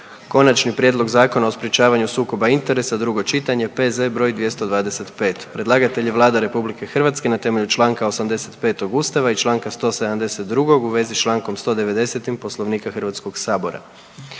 Konačni prijedlog Zakona o sprječavanju sukoba interesa, drugo čitanje, P.Z. br. 225. Predlagatelj je Vlada RH na temelju čl. 85. Ustava i čl. 172. u vezi s čl. 190. Poslovnika HS-a.